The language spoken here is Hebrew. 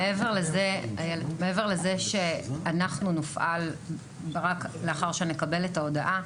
מעבר לזה שאנחנו נופעל רק לאחר שנקבל את ההודעה,